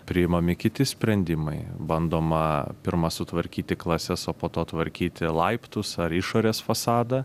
priimami kiti sprendimai bandoma pirma sutvarkyti klases o po to tvarkyti laiptus ar išorės fasadą